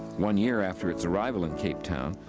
one year after its arrival in capetown,